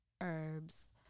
herbs